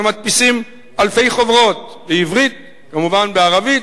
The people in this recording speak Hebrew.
אנחנו מדפיסים אלפי חוברות בעברית, כמובן בערבית,